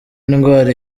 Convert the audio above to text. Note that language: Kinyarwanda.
indwara